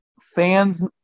fans